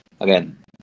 again